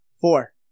Four